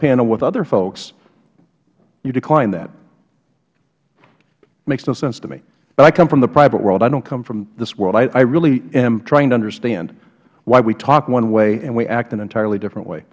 panel with other folks you decline that makes no sense to me but i come from the private world i dont come from this world i really am trying to understand why we talk one way and we act an entirely different way